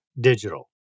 Digital